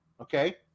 Okay